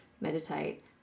meditate